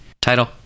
Title